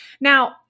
Now